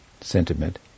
sentiment